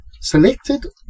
selected